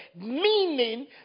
meaning